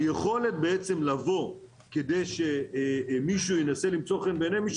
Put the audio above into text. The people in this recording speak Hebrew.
היכולת לבוא כדי שמישהו ינסה למצוא חן בעיני מישהו